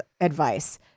advice